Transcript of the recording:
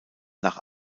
nach